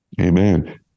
Amen